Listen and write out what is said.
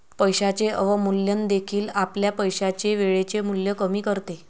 पैशाचे अवमूल्यन देखील आपल्या पैशाचे वेळेचे मूल्य कमी करते